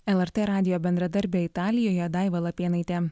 lrt radijo bendradarbė italijoje daiva lapėnaitė